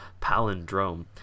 palindrome